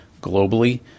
globally